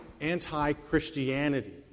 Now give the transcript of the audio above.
anti-christianity